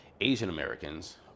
Asian-Americans